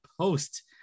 post